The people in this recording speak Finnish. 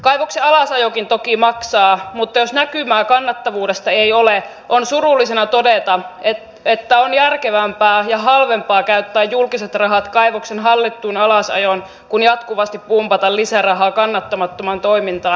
kaivoksen alasajokin toki maksaa mutta jos näkymää kannattavuudesta ei ole on surullisena todettava että on järkevämpää ja halvempaa käyttää julkiset rahat kaivoksen hallittuun alasajoon kuin jatkuvasti pumpata lisärahaa kannattamattomaan toimintaan